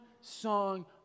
song